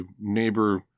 neighbor